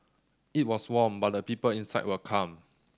it was warm but the people inside were calm